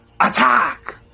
attack